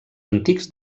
antics